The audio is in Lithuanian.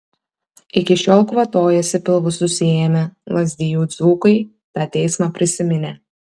iki šiol kvatojasi pilvus susiėmę lazdijų dzūkai tą teismą prisiminę